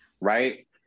right